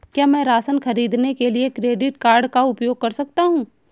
क्या मैं राशन खरीदने के लिए क्रेडिट कार्ड का उपयोग कर सकता हूँ?